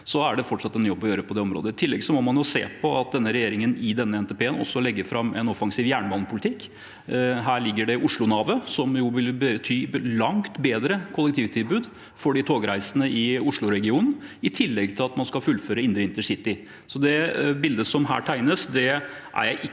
så det er fortsatt en jobb å gjøre på det området. I tillegg må man se på at regjeringen i denne NTP-en også legger fram en offensiv jernbanepolitikk. Her ligger Oslo-navet, som vil bety langt bedre kollektivtilbud for de togreisende i osloregionen, i tillegg til at man skal fullføre indre intercity. Så det bildet som her tegnes, er jeg ikke